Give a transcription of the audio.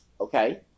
okay